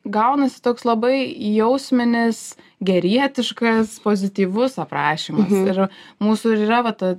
gaunasi toks labai jausminis gerietiškas pozityvus aprašymas ir mūsų ir yra va ta